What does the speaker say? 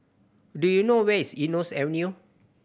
do you know where is Eunos Avenue